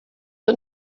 are